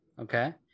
okay